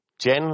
Jen